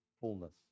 fullness